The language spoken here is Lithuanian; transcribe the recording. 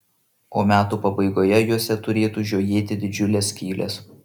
o metų pabaigoje juose turėtų žiojėti didžiulės skylės